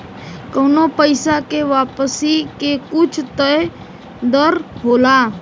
कउनो पइसा के वापसी के कुछ तय दर होला